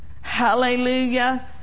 Hallelujah